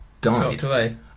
died